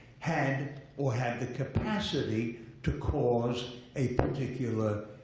had or had a capacity to cause a particular